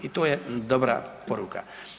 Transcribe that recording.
I to je dobra poruka.